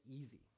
easy